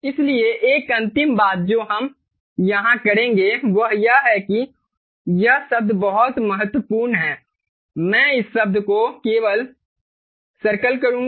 इसलिए एक अंतिम बात जो हम यहां करेंगे वह यह है कि यह शब्द बहुत महत्वपूर्ण है मैं इस शब्द को केवल सर्कल करूंगा